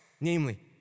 namely